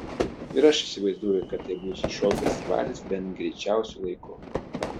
ir aš įsivaizduoju kad tai bus šou festivalis bent greičiausiu laiku